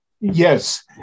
Yes